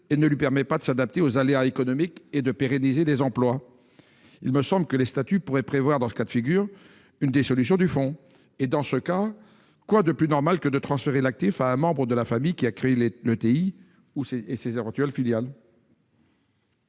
et ne lui permet pas de s'adapter aux aléas économiques et de pérenniser des emplois. Il me semble que les statuts pourraient prévoir, pour ce cas de figure, une dissolution du fonds. En pareil cas, quoi de plus normal que de transférer l'actif à un membre de la famille qui a créé l'entreprise et ses éventuelles filiales ?